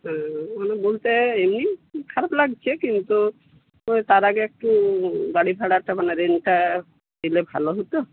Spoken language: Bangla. ও আমার বলতে এমনি খারাপ লাগছে কিন্তু তার আগে একটু বাড়ি ভাড়াটা মানে রেন্টটা দিলে ভালো হত